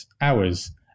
hours